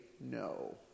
no